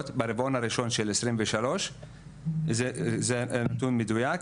ברבעון הראשון של 2023. זה נתון מדוייק.